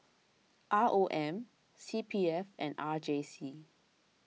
R O M C P F and R J C